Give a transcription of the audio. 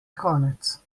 konec